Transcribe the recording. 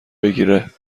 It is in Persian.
بگیره